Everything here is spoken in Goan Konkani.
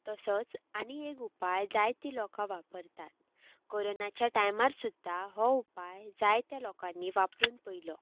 तसोच आनी एक उपाय जायतें लोक वापरतात कोरोनाच्या टायमार सुद्दां हो उपाय जायत्या लोकांनी वापरून पळयलो